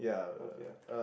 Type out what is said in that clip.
okay ah